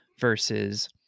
versus